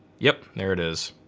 yep there it is.